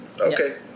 Okay